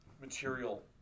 material